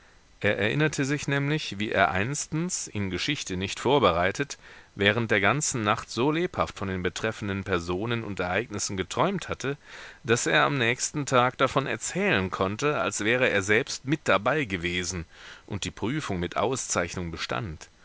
er erinnerte sich nämlich wie er einstens in geschichte nicht vorbereitet während der ganzen nacht so lebhaft von den betreffenden personen und ereignissen geträumt hatte daß er am nächsten tag davon erzählen konnte als wäre er selbst mit dabei gewesen und die prüfung mit auszeichnung bestand